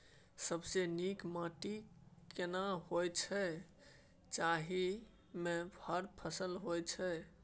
सबसे नीक माटी केना होय छै, जाहि मे हर फसल होय छै?